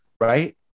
right